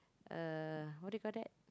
uh what did you call that